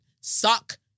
Suck